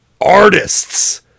artists